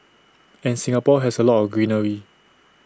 and Singapore has A lot of greenery